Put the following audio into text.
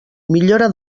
millora